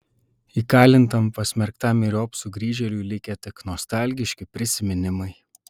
įkalintam pasmerktam myriop sugrįžėliui likę tik nostalgiški prisiminimai